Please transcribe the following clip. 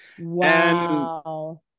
Wow